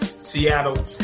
Seattle